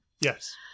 Yes